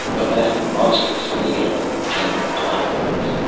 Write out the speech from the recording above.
of that monstrous mating came the black ones.